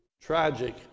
tragic